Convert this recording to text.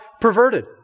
perverted